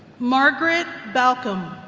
margaret baucom